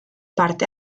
parte